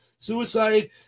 Suicide